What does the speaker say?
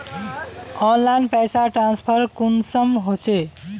Online पैसा transfer कुंसम होचे?